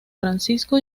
francisco